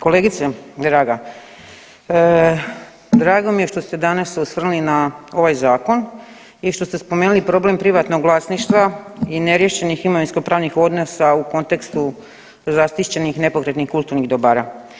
Kolegice draga, drago mi je što ste se danas osvrnuli na ovaj zakon i što ste spomenuli problem privatnog vlasništva i neriješenih imovinsko-pravnih odnosa u kontekstu zaštićenih nepokretnih kulturnih dobara.